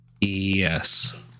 Yes